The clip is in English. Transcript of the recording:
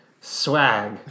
Swag